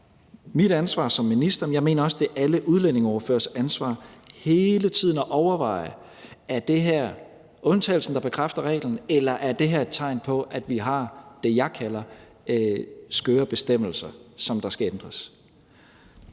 mit ansvar som minister, men jeg mener også, det er alle udlændingeordføreres ansvar hele tiden at overveje: Er det her undtagelsen, der bekræfter reglen, eller er det her et tegn på, at vi har det, jeg kalder skøre bestemmelser, som skal ændres?